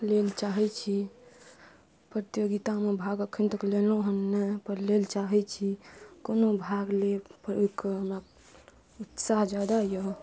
लेल चाहै छी प्रतियोगितामे भाग अखन तक लेलहुँ हन नहि पर लिअ चाहै छी कोनो भाग लिअ पर ओहिके हमरा उत्साह जादा यऽ